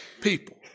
people